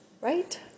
Right